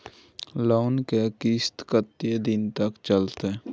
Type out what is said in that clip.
Loan के किस्त कत्ते दिन तक चलते?